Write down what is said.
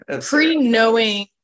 Pre-knowing